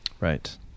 Right